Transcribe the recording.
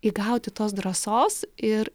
įgauti tos drąsos ir